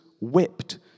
whipped